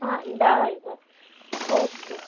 आं धा हजार ओके